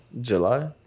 July